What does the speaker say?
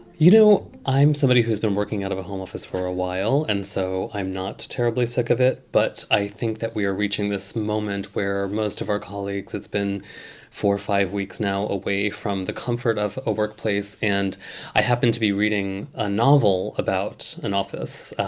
you know, i'm somebody who's been working out of a home office for a while, and so i'm not terribly sick of it. but i think that we are reaching this moment where most of our colleagues, it's been four or five weeks now away from the comfort of a workplace. and i happened to be reading a novel about an office.